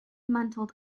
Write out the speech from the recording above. mantled